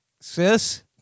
sis